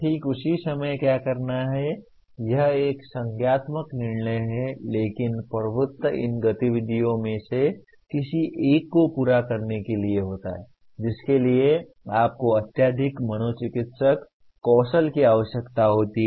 ठीक उसी समय क्या करना है यह एक संज्ञानात्मक निर्णय है लेकिन प्रभुत्व इन गतिविधियों में से किसी एक को पूरा करने के लिए होता है जिसके लिए आपको अत्यधिक मनोचिकित्सक कौशल की आवश्यकता होती है